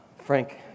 Frank